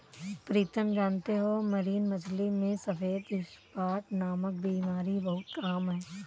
प्रीतम जानते हो मरीन मछली में सफेद स्पॉट नामक बीमारी बहुत आम है